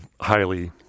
highly